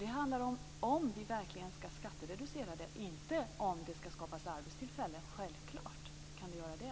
Det handlar om ifall vi verkligen skall ha skattereducering, inte om det skall skapas arbetstillfällen. Självfallet kan det göra det.